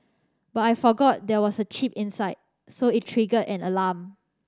but I forgot there was a chip inside so it triggered an alarm